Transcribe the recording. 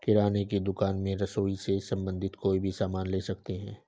किराने की दुकान में रसोई से संबंधित कोई भी सामान ले सकते हैं